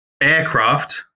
Aircraft